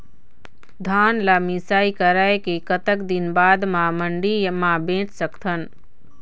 धान ला मिसाई कराए के कतक दिन बाद मा मंडी मा बेच सकथन?